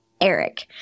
Eric